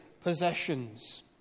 possessions